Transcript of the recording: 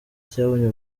cyabonye